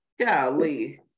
golly